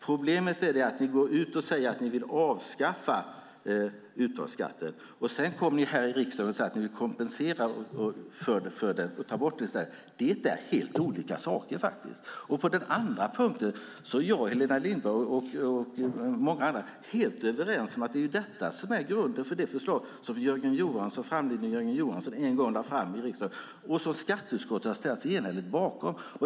Problemet är att ni säger att ni vill avskaffa uttagsskatten, men sedan säger ni här i riksdagen att ni vill kompensera för det. Det är helt olika saker. Jag, Helena Lindahl och många andra helt överens om att detta är grunden för det förslag som framlidne Jörgen Johansson en gång lade fram i riksdagen och som skatteutskottet har ställt sig enhälligt bakom.